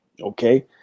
Okay